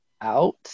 out